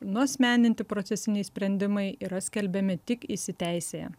nuasmeninti procesiniai sprendimai yra skelbiami tik įsiteisėję